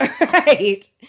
Right